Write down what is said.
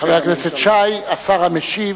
חבר הכנסת שי, השר המשיב,